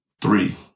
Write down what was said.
Three